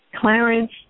Clarence